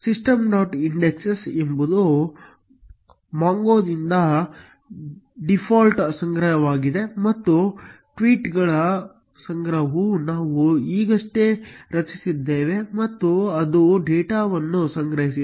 indexes ಎಂಬುದು ಮೊಂಗೊದಿಂದ default ಸಂಗ್ರಹವಾಗಿದೆ ಮತ್ತು ಟ್ವೀಟ್ಗಳ ಸಂಗ್ರಹವು ನಾವು ಈಗಷ್ಟೇ ರಚಿಸಿದ್ದೇವೆ ಮತ್ತು ಅದು ಡೇಟಾವನ್ನು ಸಂಗ್ರಹಿಸಿದೆ